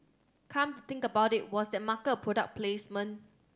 come to think about it was that marker a product placement